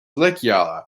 lekrjahre